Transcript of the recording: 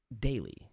daily